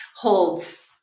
holds